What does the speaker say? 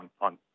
on